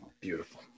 Beautiful